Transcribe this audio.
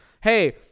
hey